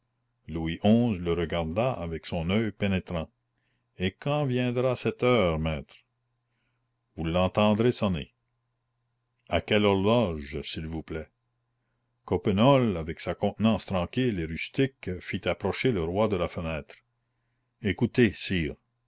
louis xi le regarda avec son oeil pénétrant et quand viendra cette heure maître vous l'entendrez sonner à quelle horloge s'il vous plaît coppenole avec sa contenance tranquille et rustique fit approcher le roi de la fenêtre écoutez sire